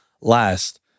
last